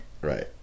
Right